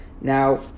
Now